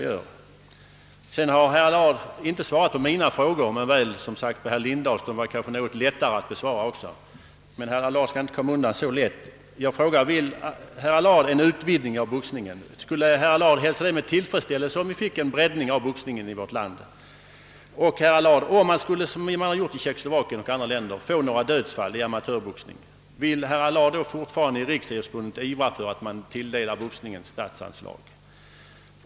Herr Allard har inte svarat på mina frågor men, som sagt, på herr Lindahls som kanske också var något lättare. Herr Allard skall emellertid inte komma undan så lätt; Jag frågar: Skulle herr Allard hälsa en breddning av boxningen 'i vårt land med tillfredsställelse? Vill herr Allard, om det här i landet liksom i Tjeckoslovakien och andra länder: skulle inträffa dödsfall vid amatörboxning, i Riksidrottsförbundet ivra för att boxningen tilldelas statsanslag?